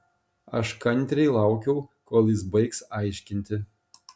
aš kantriai laukiau kol jis baigs aiškinti